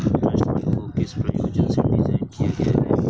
Trust fund को किस प्रयोजन से डिज़ाइन किया गया है?